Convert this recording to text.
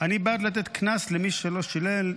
אני בעד לתת קנס למי שלא שילם,